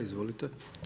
Izvolite.